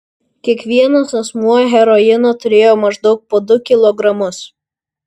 kiekvienas asmuo heroino turėjo maždaug po du kilogramus